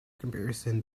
comparison